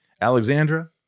Alexandra